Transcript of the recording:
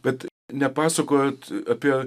bet nepasakojate apie